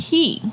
Key